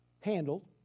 handled